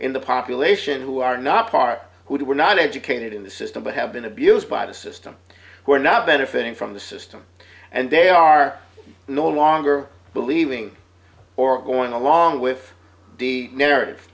in the population who are not far who were not educated in the system but have been abused by the system who are not benefiting from the system and they are no longer believing or going along with the narrative